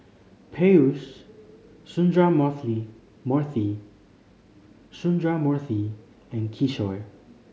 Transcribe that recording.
Peyush Sundramoorthy and Kishore